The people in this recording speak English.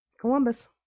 columbus